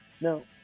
No